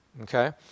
Okay